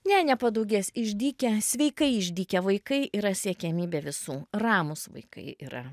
ne nepadaugės išdykę sveikai išdykę vaikai yra siekiamybė visų ramūs vaikai yra